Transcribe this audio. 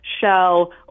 Shell